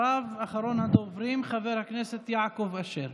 אחריו, אחרון הדוברים, חבר הכנסת יעקב אשר.